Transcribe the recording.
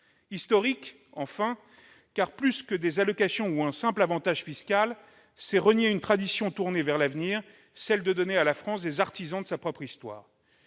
Historique, enfin, car plus que supprimer des allocations ou un simple avantage fiscal, ce serait renier une tradition tournée vers l'avenir, qui vise à donner à la France des artisans de sa propre histoire.